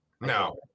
no